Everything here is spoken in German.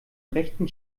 rechten